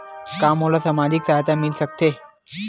का मोला सामाजिक सहायता मिल सकथे?